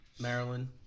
Maryland